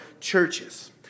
churches